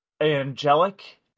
Angelic